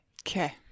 Okay